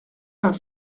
vingt